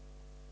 Hvala